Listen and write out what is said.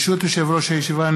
ברשות יושב-ראש הישיבה,